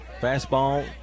Fastball